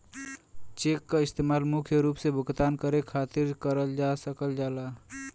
check क इस्तेमाल मुख्य रूप से भुगतान करे खातिर करल जा सकल जाला